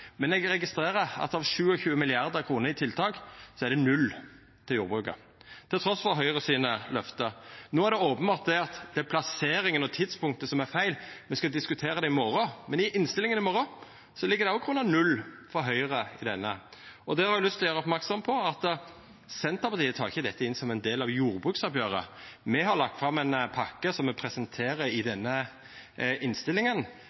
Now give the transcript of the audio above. Men eg registrerer at av 27 mrd. kr i tiltak er det 0 til jordbruket, trass i løfta frå Høgre. No er det openbert at det er plasseringa og tidspunktet som er feil. Me skal diskutera det i morgon, men i innstillinga i morgon ligg det også 0 kr frå Høgre. Då har eg lyst til å gjera merksam på at Senterpartiet tek ikkje dette inn som ein del av jordbruksoppgjeret. Me har lagt fram ei pakke som me presenterer i denne innstillinga,